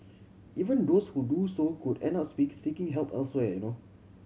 even those who do so could end up speak seeking help elsewhere